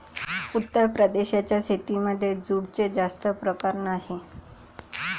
उत्तर प्रदेशाच्या शेतीमध्ये जूटचे जास्त प्रकार नाही